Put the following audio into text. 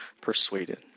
persuaded